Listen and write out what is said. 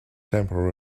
temporary